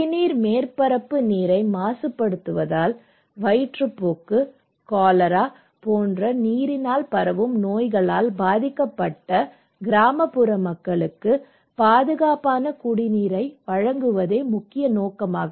குடிநீர் மேற்பரப்பு நீரை மாசுபடுத்துவதால் வயிற்றுப்போக்கு காலரா போன்ற நீரினால் பரவும் நோய்களால் பாதிக்கப்பட்ட கிராமப்புற மக்களுக்கு பாதுகாப்பான குடிநீரை வழங்குவதே முக்கிய நோக்கம்